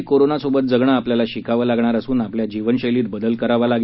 यासाठी कोरोनासोबत जगणे आपल्याला शिकावं लागणार असून आपल्या जीवनशैलीत बदल करावा लागणार आहे